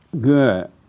Good